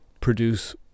produce